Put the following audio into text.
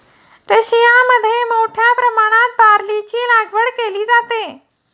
रशियामध्ये मोठ्या प्रमाणात बार्लीची लागवड केली जाते